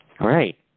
Right